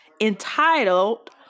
entitled